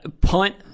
Punt